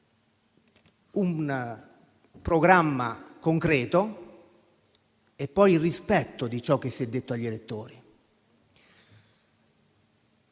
un programma concreto e poi il rispetto di ciò che si è detto agli elettori.